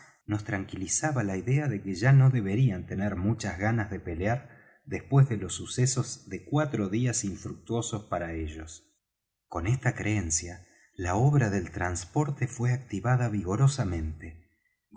nos tranquilizaba la idea de que ya no deberían tener mucha gana de pelear después de los sucesos de cuatro días infructuosos para ellos con esta creencia la obra del trasporte fué activada vigorosamente